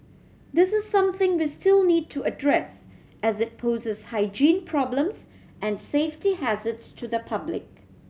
this is something we still need to address as it poses hygiene problems and safety hazards to the public